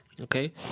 okay